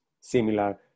similar